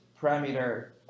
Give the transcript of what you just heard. parameter